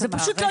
זה פשוט לא